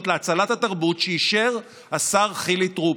להצלת התרבות שאישר השר חילי טרופר.